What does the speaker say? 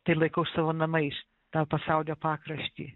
tai ir laikau savo namais tą pasaulio pakraštį